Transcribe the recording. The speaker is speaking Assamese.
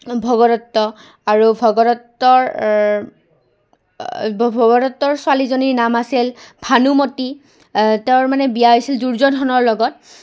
ভগদত্ত আৰু ভগদত্তৰ ভগত্তৰ ছোৱালীজনীৰ নাম আছিল ভানুমতী তেওঁৰ মানে বিয়া হৈছিল দুৰ্যোধনৰ লগত